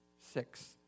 six